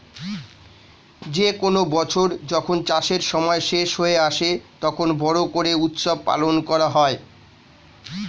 যে কোনো বছর যখন চাষের সময় শেষ হয়ে আসে, তখন বড়ো করে উৎসব পালন করা হয়